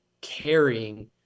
carrying